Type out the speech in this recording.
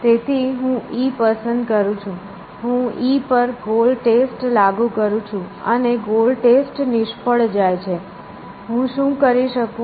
તેથી હું E પસંદ કરું છું હું E પર ગોલ ટેસ્ટ લાગુ કરું છું અને ગોલ ટેસ્ટ નિષ્ફળ જાય છે હું શું કરી શકું